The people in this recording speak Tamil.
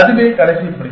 அதுவே கடைசி படி